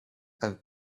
and